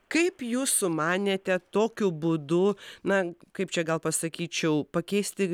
kaip jūs sumanėte tokiu būdu na kaip čia gal pasakyčiau pakeisti